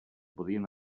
podien